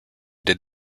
did